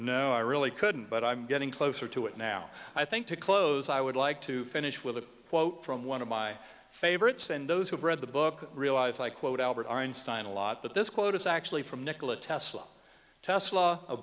no i really couldn't but i'm getting closer to it now i think to close i would like to finish with a quote from one of my favorites and those who've read the book realize i quote albert einstein a lot but this quote is actually from nikola tesla